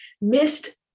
missed